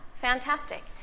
Fantastic